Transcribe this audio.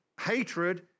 hatred